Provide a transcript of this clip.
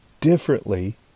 differently